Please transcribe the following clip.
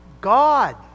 God